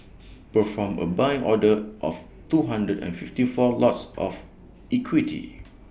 perform A buy order of two hundred and fifty four lots of equity